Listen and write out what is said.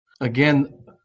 Again